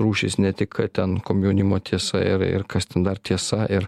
rūšys ne tik ten komjaunimo tiesa ir ir kas ten dar tiesa ir